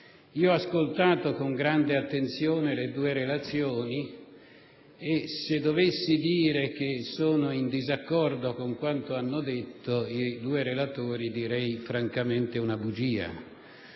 Ho ascoltato con grande attenzione le due relazioni e se dichiarassi di essere in disaccordo con quanto detto dai relatori direi francamente una bugia.